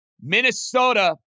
Minnesota